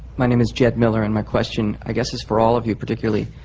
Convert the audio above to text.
my name is jed miller, and my question, i guess, is for all of you, particularly,